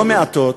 לא מעטות,